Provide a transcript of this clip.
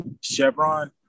Chevron